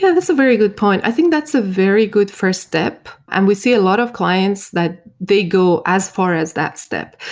yeah, that's a very good point. i think that's a very good first step, and we see a lot of clients that they go as far as that step.